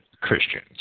Christians